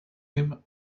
him